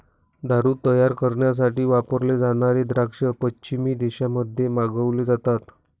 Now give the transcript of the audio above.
दारू तयार करण्यासाठी वापरले जाणारे द्राक्ष पश्चिमी देशांमध्ये मागवले जातात